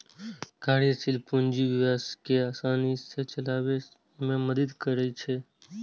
कार्यशील पूंजी व्यवसाय कें आसानी सं चलाबै मे मदति करै छै